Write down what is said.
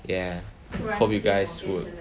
ya hope you guys would